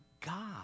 God